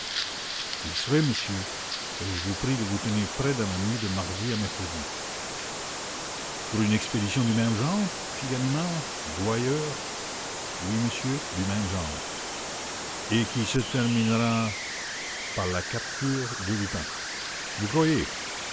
j'y serai monsieur et je vous prie de vous tenir prêt dans la nuit de mercredi à jeudi pour une expédition du même genre fit ganimard gouailleur oui monsieur du même genre il le